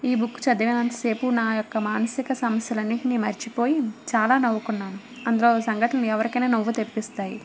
ఈ బుక్ చదివినంత సేపు నా యొక్క మానసిక సమస్యలు అన్నింటినీ మర్చిపోయి చాలా నవ్వుకున్నాను అందులో సంఘటనలు ఎవరికైనా నవ్వు తెప్పిస్తాయి